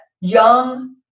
young